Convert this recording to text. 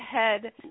ahead